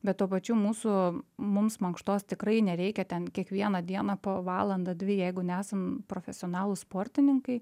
bet tuo pačiu mūsų mums mankštos tikrai nereikia ten kiekvieną dieną po valandą dvi jeigu nesam profesionalūs sportininkai